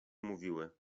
mówiły